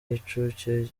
y’incuke